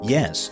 Yes